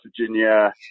Virginia